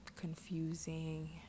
confusing